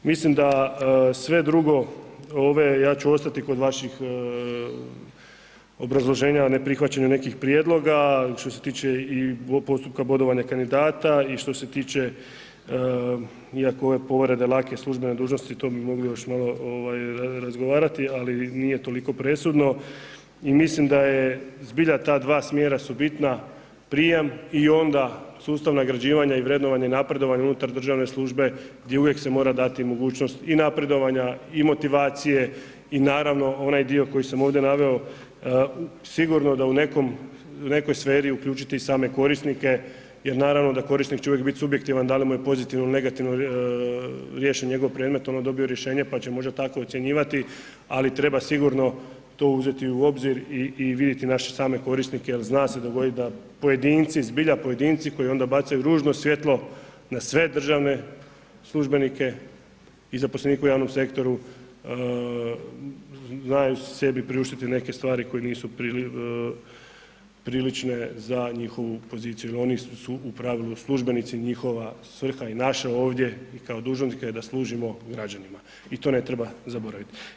Mislim da sve drugo, ja ću ostati kod vaših obrazloženja, neprihvaćanju nekih prijedloga a što se tiče i postupka bodovanja kandidata i što se tiče iako ove povrede lake službene dužnosti, to bi mogli još malo razgovarati ali nije toliko presudno i mislim da je zbilja ta dva smjera su bitna prijem i onda sustav nagrađivanja i vrednovanje i napredovanje unutar državne službe gdje uvijek se mora dati mogućnost i napredovanja i motivacije i naravno onaj dio koji sam ovdje naveo, sigurno da u nekoj sferi uključiti i same korisnike jer naravno da korisnik će uvijek bit subjektivan da li mu je pozitivno ili negativno riješen njegov predmet, ono dobio rješenje pa će možda tako ocjenjivati ali treba sigurno to uzeti u obzir i vidjeti naše same korisnike, zna se dogoditi da pojedinci, zbilja pojedinci koji onda bacaju ružno svjetlo na sve državne službenike i zaposlenike u javnom sektoru znaju sebi priuštiti neke stvari koje nisu prilične za njihovu poziciju jer oni su u pravilu službenici, njihova svrha i naša ovdje i kao dužnosnika je da služimo građanima i to ne treba zaboraviti.